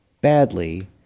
badly